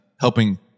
helping